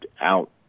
out